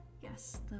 -"Yes